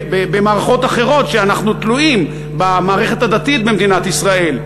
במערכות אחרות שאנחנו תלויים בהן במערכת הדתית במדינת ישראל?